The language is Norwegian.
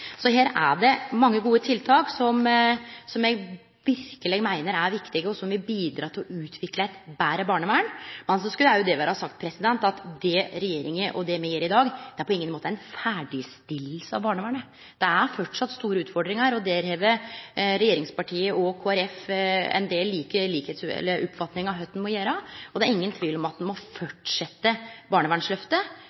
Så her er det mange gode tiltak, som eg verkeleg meiner er viktige, og som vil bidra til å utvikle eit betre barnevern. Men det skal også vere sagt at det regjeringa – og me – gjer i dag, på ingen måte er ei ferdigstilling av barnevernet. Det er framleis store utfordringar, og der har regjeringspartia og Kristeleg Folkeparti ein del like oppfatningar om kva ein må gjere. Det er ingen tvil om at ein må